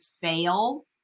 fail